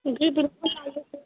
जी बिल्कुल